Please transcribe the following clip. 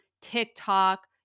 TikTok